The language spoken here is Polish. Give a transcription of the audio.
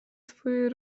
twoje